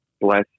bless